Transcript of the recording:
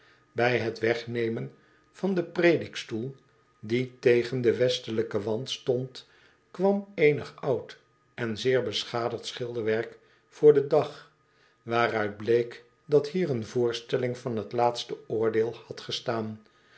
bij het wegnemen van den predikstoel die tegen den westelijken wand stond kwam eenig oud en zeer beschadigd schilderwerk voor den dag waaruit bleek dat hier een voorstelling van h e